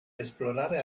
esplorare